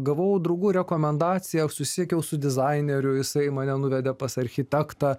gavau draugų rekomendaciją aš susisiekiau su dizaineriu jisai mane nuvedė pas architektą